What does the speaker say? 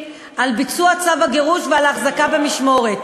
על ביצוע צו הגירוש ועל ההחזקה במשמורת.